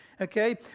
okay